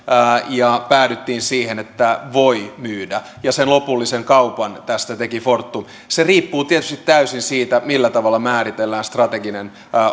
ja päädyttiin siihen että voi myydä ja sen lopullisen kaupan tästä teki fortum se riippuu tietysti täysin siitä millä tavalla määritellään strateginen